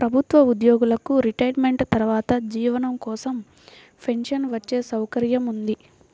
ప్రభుత్వ ఉద్యోగులకు రిటైర్మెంట్ తర్వాత జీవనం కోసం పెన్షన్ వచ్చే సౌకర్యం ఉంది